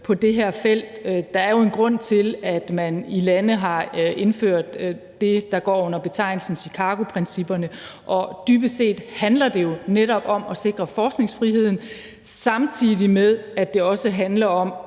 andre lande. Der er jo en grund til, at man i lande har indført det, der går under betegnelsen Chicagoprincipperne, og dybest set handler det jo netop om at sikre forskningsfriheden, samtidig med at det også handler om